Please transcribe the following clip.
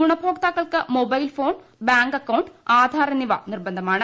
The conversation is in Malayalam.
ഗുണഭോക്താക്കൾക്ക് തുല്യ മൊബൈൽ ഫോൺ ക്ബ്രാങ്ക് അക്കൌണ്ട് ആധാർ എന്നിവ നിർബന്ധമാണ്